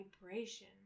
vibration